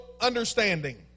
understanding